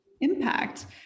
impact